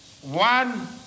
one